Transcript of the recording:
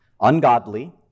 Ungodly